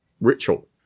ritual